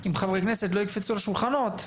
אם חברי כנסת לא יקפצו על שולחנות,